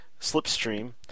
Slipstream